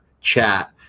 chat